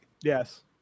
Yes